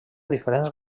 diferents